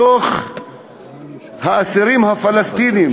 מתוך האסירים הפלסטינים